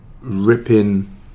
ripping